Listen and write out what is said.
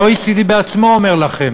ה-OECD בעצמו אומר לכם: